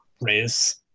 raise